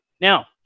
Now